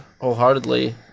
wholeheartedly